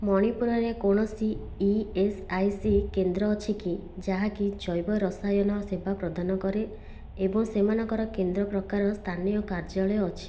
ମଣିପୁରରେ କୌଣସି E S I C କେନ୍ଦ୍ର ଅଛି କି ଯାହାକି ଜୈବ ରସାୟନ ସେବା ପ୍ରଦାନ କରେ ଏବଂ ସେମାନଙ୍କର କେନ୍ଦ୍ର ପ୍ରକାର ସ୍ଥାନୀୟ କାର୍ଯ୍ୟାଳୟ ଅଛି